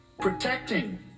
protecting